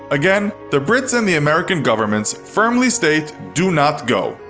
again, the brits and the american governments firmly state do not go.